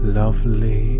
lovely